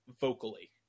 vocally